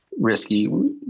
risky